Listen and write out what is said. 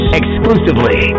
exclusively